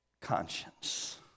conscience